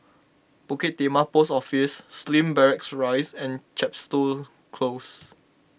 Bukit Timah Post Office Slim Barracks Rise and Chepstow Close